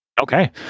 okay